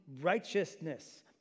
righteousness